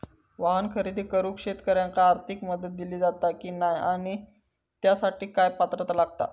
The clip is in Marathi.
वाहन खरेदी करूक शेतकऱ्यांका आर्थिक मदत दिली जाता की नाय आणि त्यासाठी काय पात्रता लागता?